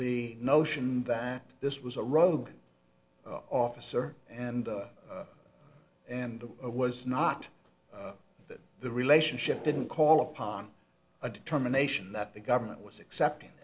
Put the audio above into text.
the notion that this was a rogue officer and and was not that the relationship didn't call upon a determination that the government was accept